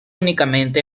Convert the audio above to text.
únicamente